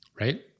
Right